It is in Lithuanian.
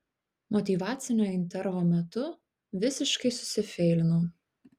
motyvacinio intervo metu visiškai susifeilinau